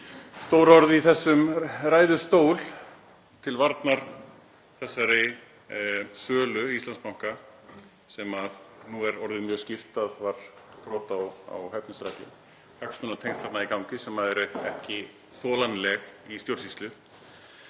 stór orð í þessum ræðustól til varnar þessari sölu á Íslandsbanka, sem nú er orðið mjög skýrt að var brot á hæfisreglum — hagsmunatengsl þarna í gangi sem eru ekki þolanleg í stjórnsýslu.